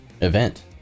event